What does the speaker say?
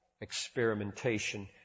experimentation